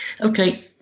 okay